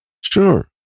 Sure